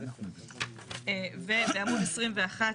ובעמוד 21,